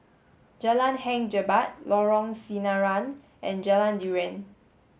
Jalan Hang Jebat Lorong Sinaran and Jalan durian